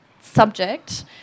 subject